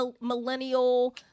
millennial